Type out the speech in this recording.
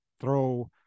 throw